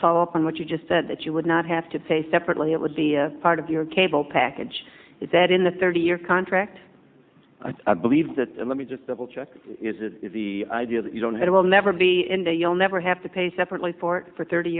follow up on what you just said that you would not have to pay separately it would be part of your cable package is that in the thirty year contract i believe that let me just double check if the idea that you don't have it will never be in that you'll never have to pay separately for it for thirty